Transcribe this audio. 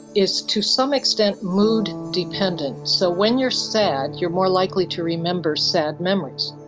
is to some extent mood dependent. so when you are sad you are more likely to remember sad memories.